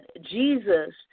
Jesus